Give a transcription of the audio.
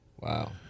Wow